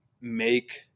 make